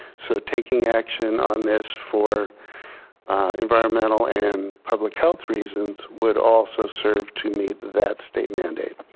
so taking action on this for environmental and public health reasons would also serve to meet that state mandate.